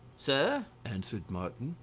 sir, answered martin,